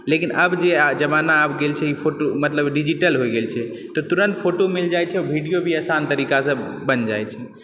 लेकिन अब जे जमाना आब गेल छै ई फोटो मतलब डिजिटल होइ गेल छै तुरन्त फोटो मिल जाइत छै भीडियो भी आसान तरीकासँ बनि जाइत छै